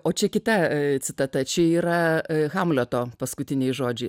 o čia kita citata čia yra hamleto paskutiniai žodžiai